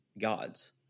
gods